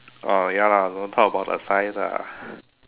err ya lah don't talk about the size lah